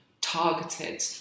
targeted